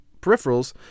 peripherals